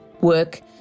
work